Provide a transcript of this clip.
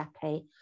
happy